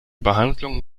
behandlung